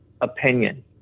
opinion